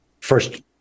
First